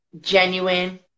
Genuine